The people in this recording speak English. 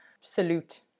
salute